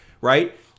right